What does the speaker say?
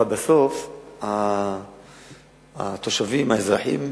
אבל בסוף התושבים, האזרחים,